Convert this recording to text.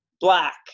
black